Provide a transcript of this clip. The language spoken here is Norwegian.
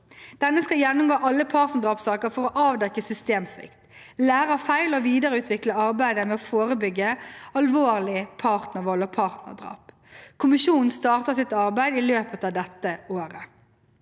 Denne skal gjennomgå alle partnerdrapssaker for å avdekke systemsvikt, lære av feil og videreutvikle arbeidet med å forebygge alvorlig partnervold og partnerdrap. Kommisjonen starter sitt arbeid i løpet av dette året.